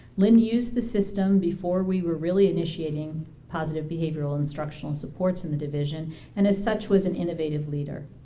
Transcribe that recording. lynn used the system before we were really initiating positive behavioral instructional supports in the division and as such was an innovative leader.